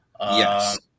Yes